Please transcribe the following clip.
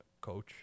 coach